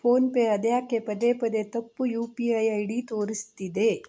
PhonePe ಅದು ಯಾಕೆ ಪದೇ ಪದೆ ತಪ್ಪು U P I I D ತೋರಿಸ್ತಿದೆ